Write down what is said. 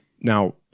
Now